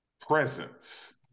presence